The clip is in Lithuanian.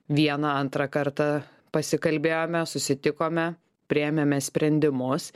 vieną antrą kartą pasikalbėjome susitikome priėmėme sprendimus